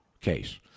case